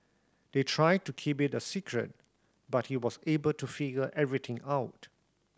they tried to keep it a secret but he was able to figure everything out